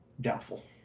doubtful